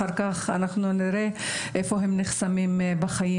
אחר כך אנחנו נראה איפה הם נחסמים בחיים,